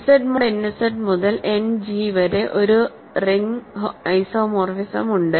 Zമോഡ് n Z മുതൽ and G വരെ ഒരു റിംഗ് ഐസോമോർഫിസം ഉണ്ട്